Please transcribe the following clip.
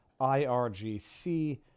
IRGC